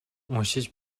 уншиж